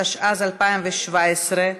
התשע"ז 2017,